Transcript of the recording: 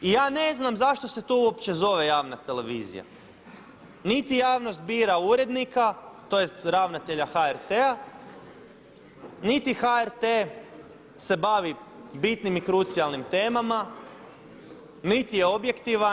I ja ne znam zašto se to uopće zove javna televizija, niti javnost bira urednika, tj. ravnatelja HRT-a, niti HRT se bavi bitnim i krucijalnim temama, niti je objektivan.